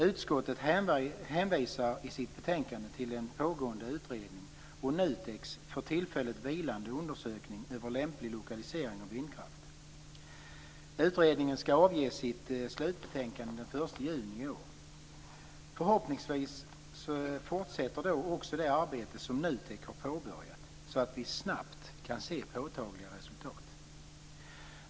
Utskottet hänvisar i sitt betänkande till en pågående utredning och NUTEK:s för tillfället vilande undersökning över lämplig lokalisering av vindkraften. Utredningen skall avge sitt slutbetänkande den 1 juni i år. Förhoppningsvis fortsätter då också det arbete som NUTEK har påbörjat, så att vi snabbt kan se påtagliga resultat.